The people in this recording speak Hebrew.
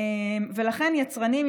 לכן יצרנים,